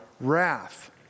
wrath